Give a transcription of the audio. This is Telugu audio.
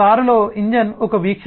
కారులో ఇంజిన్ ఒక వీక్షణ